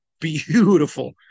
beautiful